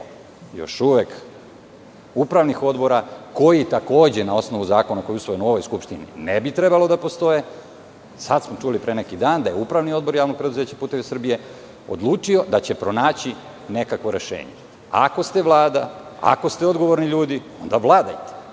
još uvek, upravnih odbora, koji takođe, na osnovu zakona koji je usvojen u ovoj Skupštini, ne bi trebalo da postoje. Sad smo čuli, pre neki dan, da je Upravni odbor JP Putevi Srbije odlučio da će pronaći nekakvo rešenje. Ako ste Vlada, ako ste odgovorni ljudi, onda vladajte,